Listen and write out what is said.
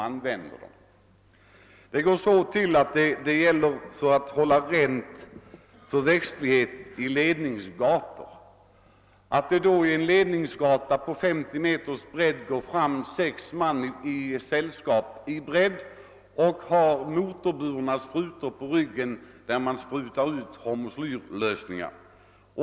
För att hålla rent för växtlighet i ledningsgator går på en ledningsgata av 50 meters bredd sex man i bredd med motorsprutor på ryggen och sprutar ut hormoslyrlösningar.